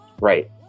right